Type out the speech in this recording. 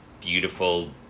beautiful